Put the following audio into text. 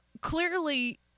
clearly